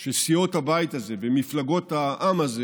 שסיעות הבית הזה ומפלגות העם הזה